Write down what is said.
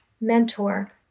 mentor